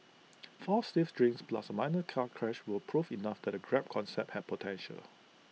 four stiff drinks plus A minor car crash were proof enough that the grab concept had potential